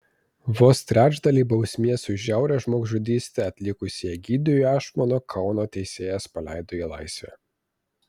vos trečdalį bausmės už žiaurią žmogžudystę atlikusį egidijų ašmoną kauno teisėjas paleido į laisvę